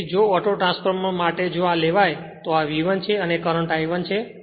તેથી જો ઓટોટ્રાન્સફોર્મરમાટે જો આ લેવાય તો આ V1 છે અને કરંટ I1 છે